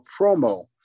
promo